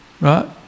right